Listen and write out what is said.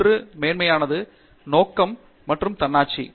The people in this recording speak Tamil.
ஒன்று மேன்மையானது நோக்கம் மற்றும் தன்னாட்சி